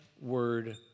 word